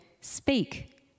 speak